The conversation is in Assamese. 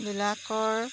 বিলাকৰ